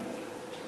אה, פרחחים.